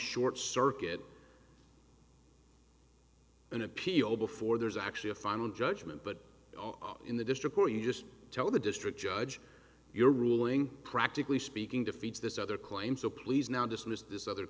short circuit an appeal before there's actually a final judgment but in the district where you just tell the district judge you're ruling practically speaking defeats this other claim so please now dismiss this other